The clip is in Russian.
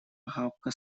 охапка